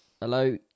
Hello